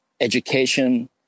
education